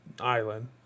Island